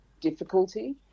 difficulty